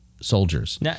Soldiers